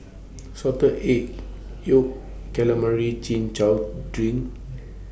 Salted Egg Yolk Calamari Chin Chow Drink